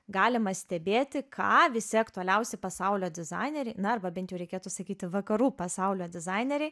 galima stebėti ką visi aktualiausi pasaulio dizaineriai na arba bent jau reikėtų sakyti vakarų pasaulio dizaineriai